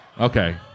Okay